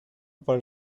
para